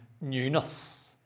newness